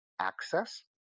access